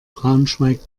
braunschweig